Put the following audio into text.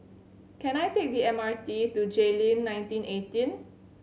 can I take the M R T to Jayleen nineteen eighteen